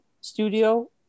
studio